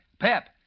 Pep